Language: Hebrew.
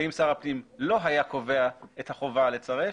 ואם שר הפנים לא היה קובע את החובה לצרף,